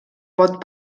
pot